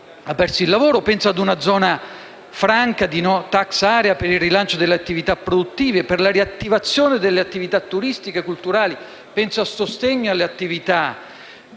e ad una zona franca di *no tax area* per il rilancio delle attività produttive e per la riattivazione delle attività turistiche e culturali. Penso al sostegno alle attività